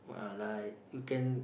uh like you can